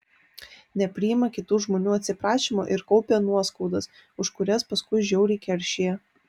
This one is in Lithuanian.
nepriima kitų žmonių atsiprašymo ir kaupia nuoskaudas už kurias paskui žiauriai keršija